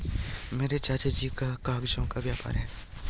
मेरे चाचा जी का कागजों का व्यापार है